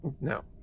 No